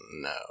No